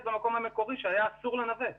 במקום המקורי שהיה אסור לנווט בו.